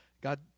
God